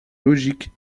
logique